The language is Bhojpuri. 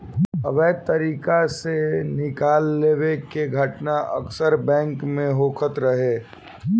अवैध तरीका से निकाल लेवे के घटना अक्सर बैंक में होखत रहे